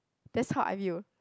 that's how I knew